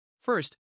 First